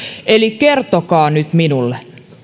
eli kertokaa nyt minulle